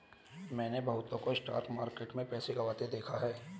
मैंने बहुतों को स्टॉक मार्केट में पैसा गंवाते देखा हैं